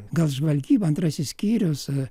gal žvalgyba antrasis skyrius